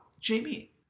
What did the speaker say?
Jamie